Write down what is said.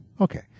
Okay